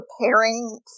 preparing